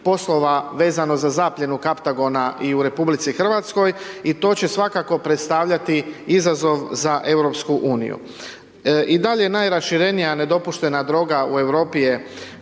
vezano za zapljenu kaptagona i u RH i to će svakako predstavljati izazov za EU. I dalje je najraširenija nedopuštena droga u Europi je